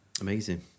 Amazing